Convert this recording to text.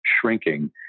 shrinking